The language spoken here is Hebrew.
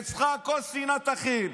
אצלך הכול שנאת אחים.